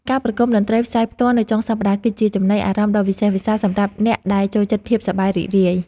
ការប្រគំតន្ត្រីផ្សាយផ្ទាល់នៅចុងសប្តាហ៍ គឺជាចំណីអារម្មណ៍ដ៏វិសេសវិសាលសម្រាប់អ្នកដែលចូលចិត្តភាពសប្បាយរីករាយ។